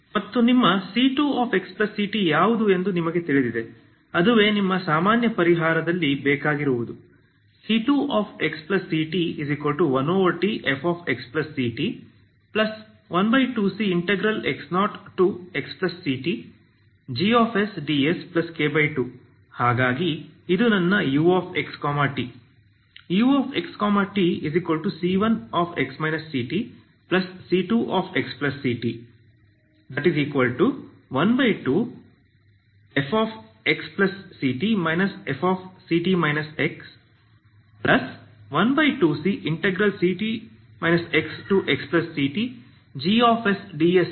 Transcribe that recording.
ಮತ್ತು ನಿಮ್ಮ c2xct ಯಾವುದು ಎಂದು ನಿಮಗೆ ತಿಳಿದಿದೆ ಅದುವೇ ನಿಮ್ಮ ಸಾಮಾನ್ಯ ಪರಿಹಾರದಲ್ಲಿ ಬೇಕಾಗಿರುವುದು c2xct12fxct12cx0xctgsdsK2 ಹಾಗಾಗಿ ಇದು ನನ್ನ uxt ux tc1x ctc2xct12fxct fct x12cct xxctgsds ಎಂಬುದನ್ನು ಸೂಚಿಸುತ್ತದೆ